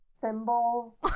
symbol